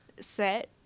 set